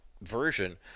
version